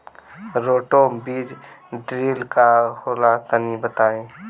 Roto बीज drill का होला तनि बताई?